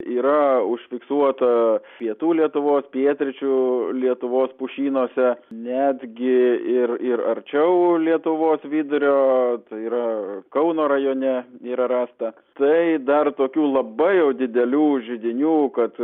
yra užfiksuota pietų lietuvos pietryčių lietuvos pušynuose netgi ir ir arčiau lietuvos vidurio tai yra kauno rajone yra rasta tai dar tokių labai jau didelių židinių kad